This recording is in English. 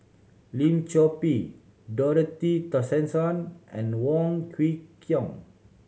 Lim Chor Pee Dorothy Tessensohn and Wong Kwei Cheong